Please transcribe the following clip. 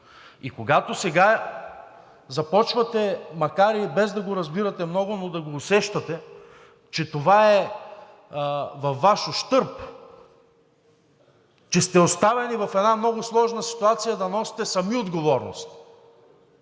когато започвате, макар и без да го разбирате много, но да го усещате, че това е във Ваш ущърб, че сте оставени в една много сложна ситуация да носите сами отговорност